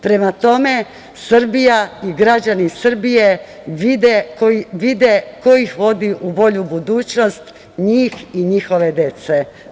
Prema tome, Srbija i građani Srbije vide ko ih vodi u bolju budućnost, njih i njihove dece.